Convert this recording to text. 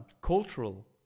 cultural